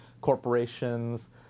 corporations